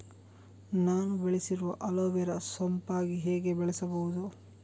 ನಾನು ಬೆಳೆಸಿರುವ ಅಲೋವೆರಾ ಸೋಂಪಾಗಿ ಹೇಗೆ ಬೆಳೆಸಬಹುದು?